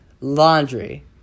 laundry